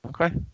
Okay